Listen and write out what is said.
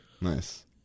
Nice